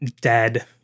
dead